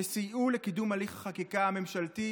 שסייעו לקידום הליך החקיקה הממשלתי,